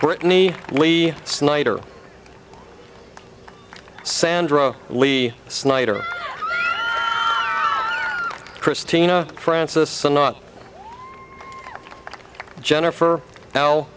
brittany lee snyder sandra lee snyder christina francis and not jennifer now